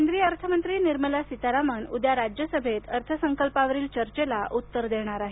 केंद्रीय अर्थमंत्री निर्मला सीतारामन उद्या राज्यसभेत अर्थ संकल्पावरील चर्चेला उत्तर देणार आहेत